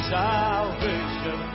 salvation